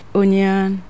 onion